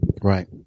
Right